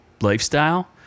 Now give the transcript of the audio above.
lifestyle